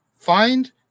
find